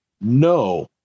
No